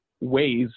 ways